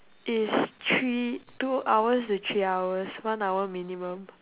is three two hours to three hours one hour minimum